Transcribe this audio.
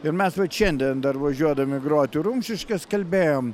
ir mes vat šiandien dar važiuodami grot į rumšiškes kalbėjom